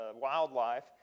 wildlife